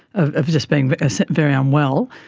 ah of just being but so very unwell.